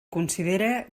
considere